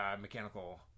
mechanical